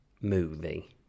movie